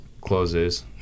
closes